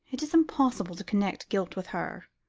it is impossible to connect guilt with her.